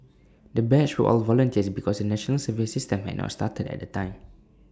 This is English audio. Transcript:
the batch were all volunteers because the National Service system had not started at the time